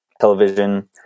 television